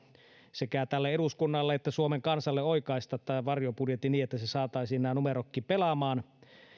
sekä tälle eduskunnalle että suomen kansalle oikaista tämän varjobudjetin niin että saataisiin nämä numerotkin pelaamaan